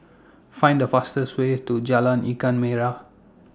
Find The fastest Way to Jalan Ikan Merah